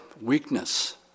weakness